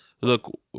Look